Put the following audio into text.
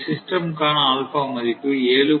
இந்த சிஸ்டம் காண மதிப்பு 7